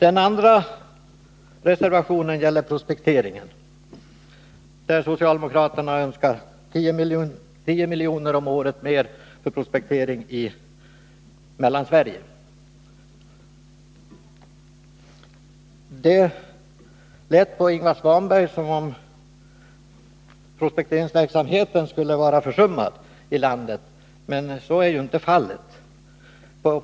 En annan reservation gäller prospektering. Socialdemokraterna önskar ytterligare 10 miljoner om året för prospektering i Mellansverige. Det lät på Ingvar Svanberg som om prospekteringsverksamheten skulle vara försummad i detta land, men så är ju inte fallet.